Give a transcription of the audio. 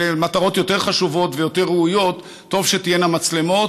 למטרות יותר חשובות ויותר ראויות טוב שתהיינה מצלמות.